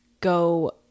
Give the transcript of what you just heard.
Go